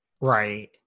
Right